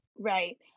right